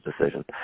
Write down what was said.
decision